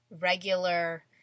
regular